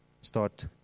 start